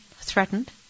threatened